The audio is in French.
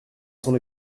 son